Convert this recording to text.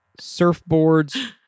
Surfboards